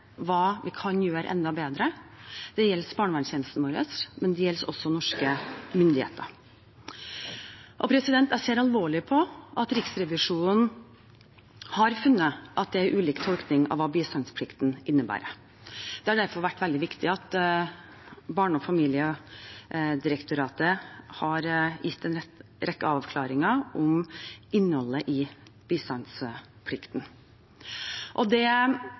hva vi kan gjøre enda bedre. Det gjelder barnevernstjenesten vår, men det gjelder også norske myndigheter. Jeg ser alvorlig på at Riksrevisjonen har funnet at det er ulik tolkning av hva bistandsplikten innebærer. Det har derfor vært veldig viktig at Barne- og familiedirektoratet har gitt en rekke avklaringer om innholdet i bistandsplikten. Det